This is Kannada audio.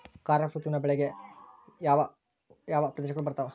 ಖಾರೇಫ್ ಋತುವಿನ ಒಳಗೆ ಯಾವ ಯಾವ ಪ್ರದೇಶಗಳು ಬರ್ತಾವ?